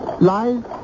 Life